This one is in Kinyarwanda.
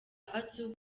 atsu